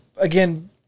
Again